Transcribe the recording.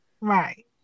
right